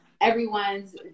everyone's